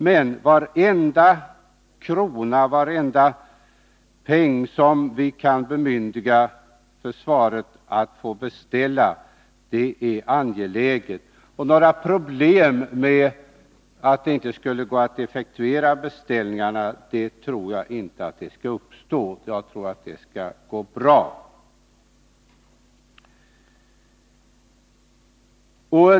Men varenda peng som vi kan bemyndiga försvaret att beställa materiel är angelägen. Några problem att det inte skulle gå att effektuera beställningarna tror jag inte skall uppstå, utan jag tror det skall gå bra.